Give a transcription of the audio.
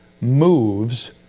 moves